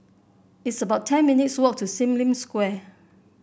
it's about ten minutes' walk to Sim Lim Square